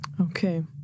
Okay